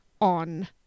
on